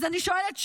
אז אני שואלת שוב: